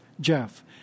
Jeff